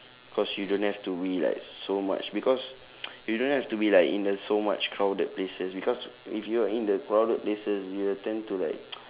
cause you don't have to be like so much because you don't have to be like in the so much crowded places because if you are in the crowded places you will tend to like